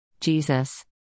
Jesus